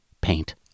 paint